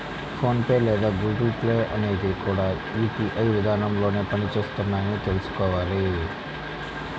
phone pay లేదా Google Pay అనేవి కూడా యూ.పీ.ఐ విధానంలోనే పని చేస్తున్నాయని తెల్సుకోవాలి